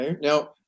Now